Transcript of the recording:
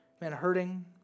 man-hurting